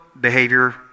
behavior